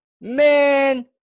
Man